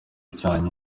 kandi